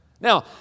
Now